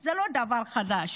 זה לא דבר חדש.